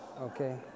okay